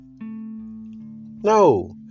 No